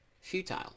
futile